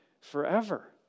forever